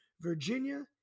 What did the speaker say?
Virginia